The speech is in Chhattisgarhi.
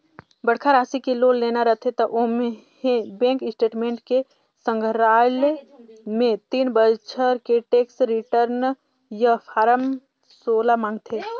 बड़खा रासि के लोन लेना रथे त ओम्हें बेंक स्टेटमेंट के संघराल मे तीन बछर के टेम्स रिर्टन य फारम सोला मांगथे